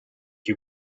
you